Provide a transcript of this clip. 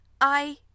I